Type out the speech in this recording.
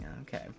okay